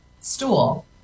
stool